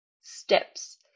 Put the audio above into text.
steps